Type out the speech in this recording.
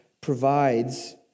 provides